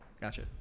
Gotcha